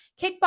Kickboxing